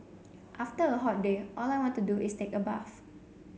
after a hot day all I want to do is take a bath